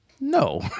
no